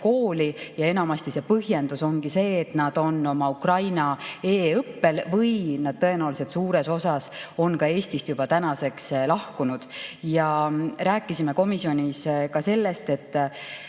kooli. Enamasti on põhjendus, et nad on oma Ukraina e‑õppel, või nad tõenäoliselt suures osas on Eestist juba tänaseks lahkunud. Rääkisime komisjonis ka sellest, et